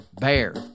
BEAR